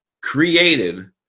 created